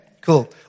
Cool